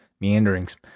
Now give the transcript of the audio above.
Meanderings